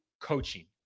coaching